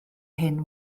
hyn